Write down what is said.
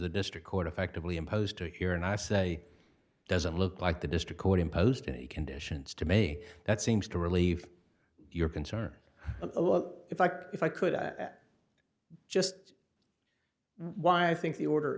the district court affectively imposed to here and i say doesn't look like the district court imposed any conditions to me that seems to relieve your concern of oh if i could if i could i just why i think the order